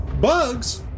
Bugs